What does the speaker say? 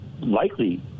likely